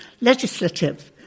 legislative